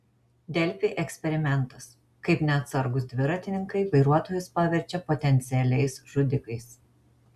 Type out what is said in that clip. delfi eksperimentas kaip neatsargūs dviratininkai vairuotojus paverčia potencialiais žudikais